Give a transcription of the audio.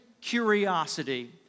curiosity